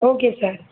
okay sir